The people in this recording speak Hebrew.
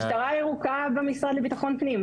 המשטרה הירוקה במשרד לביטחון פנים.